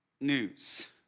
news